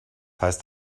heißt